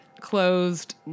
closed